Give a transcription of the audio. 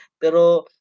pero